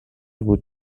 بود